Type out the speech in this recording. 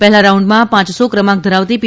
પહેલા રાઉન્ડમાં પાંચમો ક્રમાંક ધરાવતી પી